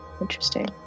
Interesting